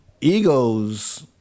Ego's